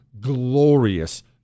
glorious